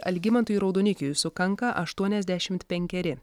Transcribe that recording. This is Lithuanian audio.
algimantui raudonikiui sukanka aštuoniasdešim penkeri